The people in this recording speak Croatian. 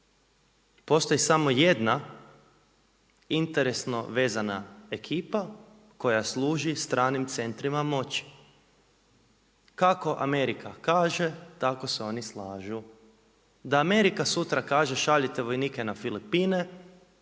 postoji samo jedna interesno vezana ekipa koja služi stranim centrima moći. Kako Amerika kaže tako se oni slažu. Da Amerika sutra kaže šaljite vojnike na Filipine